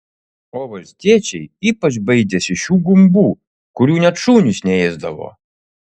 o valstiečiai ypač baidėsi šių gumbų kurių net šunys neėsdavo